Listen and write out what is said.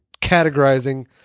categorizing